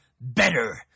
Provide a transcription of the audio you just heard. better